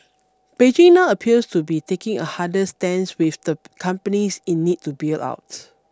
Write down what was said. Beijing now appears to be taking a harder stance with the companies in need to bail out